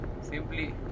Simply